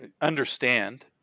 understand